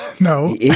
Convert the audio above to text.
No